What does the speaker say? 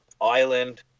island